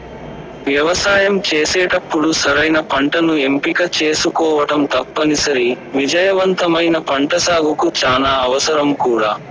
వ్యవసాయం చేసేటప్పుడు సరైన పంటను ఎంపిక చేసుకోవటం తప్పనిసరి, విజయవంతమైన పంటసాగుకు చానా అవసరం కూడా